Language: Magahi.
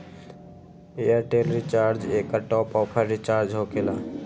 ऐयरटेल रिचार्ज एकर टॉप ऑफ़ रिचार्ज होकेला?